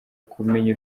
kumenya